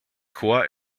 chor